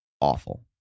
awful